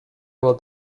will